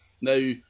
Now